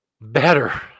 better